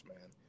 Man